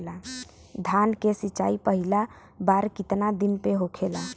धान के सिचाई पहिला बार कितना दिन पे होखेला?